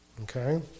Okay